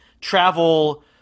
travel